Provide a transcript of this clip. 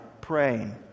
praying